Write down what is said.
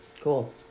Cool